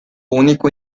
único